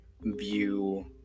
view